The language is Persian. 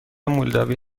مولداوی